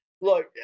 Look